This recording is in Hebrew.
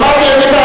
שמעתי.